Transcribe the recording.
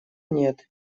нет